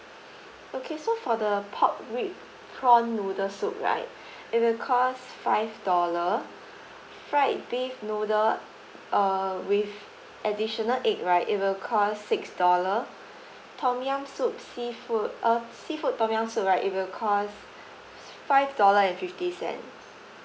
okay so for the pork rib prawn noodle soup right it will cost five dollar fried beef noodle uh with additional egg right it will cost six dollar tom yum soup seafood uh seafood tom yum soup right it will cost five dollar and fifty cents